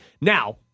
Now